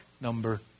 number